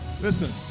Listen